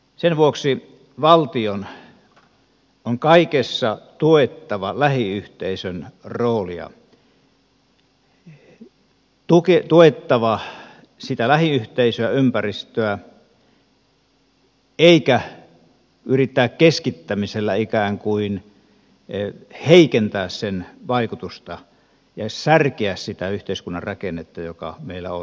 sen vuoksi valtion on kaikessa tuettava lähiyhteisön roolia tuettava sitä lähiyhteisöä ympäristöä eikä yritettävä keskittämisellä ikään kuin heikentää sen vaikutusta ja särkeä sitä yhteiskunnan rakennetta joka meillä on